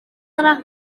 yna